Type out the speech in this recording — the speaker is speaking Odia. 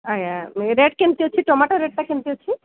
ଆଜ୍ଞା ରେଟ୍ କେମିତି ଅଛି ଟମାଟୋ ରେଟ୍ଟା କେମିତି ଅଛି